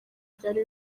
byari